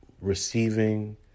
Receiving